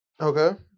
Okay